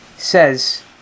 Says